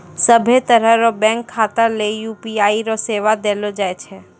सभ्भे तरह रो बैंक खाता ले यू.पी.आई रो सेवा देलो जाय छै